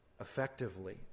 Effectively